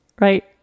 right